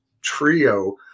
trio